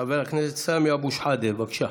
חבר הכנסת סמי אבו שחאדה, בבקשה.